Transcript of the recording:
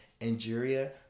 Angeria